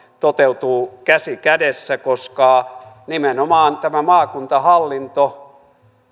toteutuvat käsi kädessä koska nimenomaan tämä maakuntahallinto